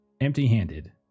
empty-handed